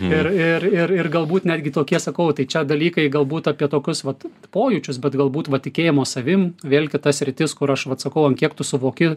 ir ir ir ir galbūt netgi tokie sakau tai čia dalykai galbūt apie tokius vat pojūčius bet galbūt va tikėjimo savim vėlgi ta sritis kur aš vat sakau ant kiek tu suvoki